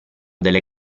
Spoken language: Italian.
delle